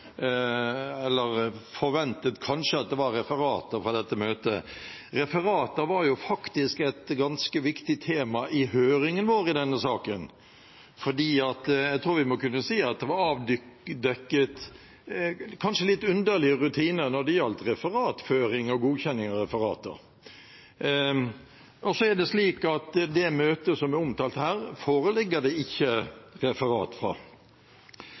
forventet kanskje at det var referater fra dette møtet. Referater var et ganske viktig tema i høringen vår i denne saken, for jeg tror vi må kunne si at det var avdekket kanskje litt underlige rutiner når det gjaldt referatføring og godkjenning av referater. Det møtet som er omtalt her, foreligger det ikke noe referat fra.